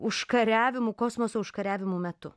užkariavimų kosmoso užkariavimų metu